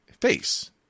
face